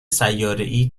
سیارهای